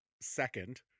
second